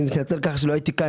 מתנצל שלא הייתי פה,